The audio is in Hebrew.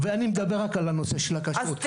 ואני מדבר רק על הנושא של הכשרות.